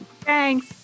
Thanks